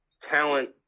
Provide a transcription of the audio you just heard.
talent